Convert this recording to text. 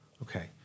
Okay